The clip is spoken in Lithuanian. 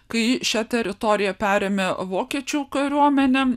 kai šią teritoriją perėmė vokiečių kariuomenė